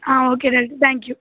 ah okay doctor thank you